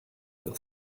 will